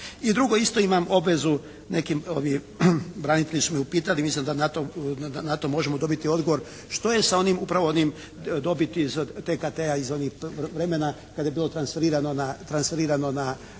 I drugo isto imam obvezu nekim, branitelji su me upitali. Mislim da na to možemo dobiti odgovor što je sa onim, upravo onom dobiti iz THT-a iz onih vremena kada je bilo transferirano na